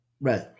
Right